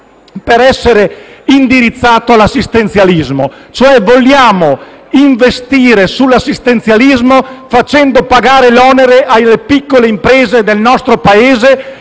per essere indirizzato all'assistenzialismo. Cioè vogliamo investire sull'assistenzialismo, facendone pagare l'onere alle piccole imprese del nostro Paese.